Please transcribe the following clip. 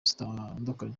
zitandukanye